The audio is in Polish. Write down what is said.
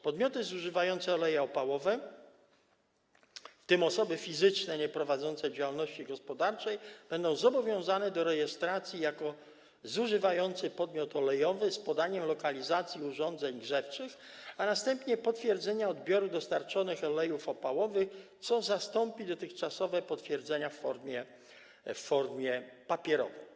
Podmioty zużywające oleje opałowe, w tym osoby fizycznie nieprowadzące działalności gospodarczej, będą zobowiązane do rejestracji jako zużywający podmiot olejowy, z podaniem lokalizacji urządzeń grzewczych, a następnie potwierdzenia odbioru dostarczonych olejów opałowych, co zastąpi dotychczasowe potwierdzenie w formie papierowej.